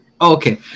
Okay